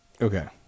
okay